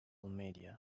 media